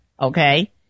okay